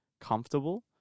comfortable